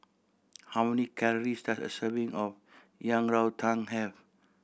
how many calories does a serving of Yang Rou Tang have